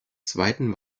zweiten